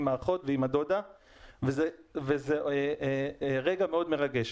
עם האחות ועם הדודה וזה רגע מאוד מרגש.